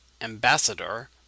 ambassador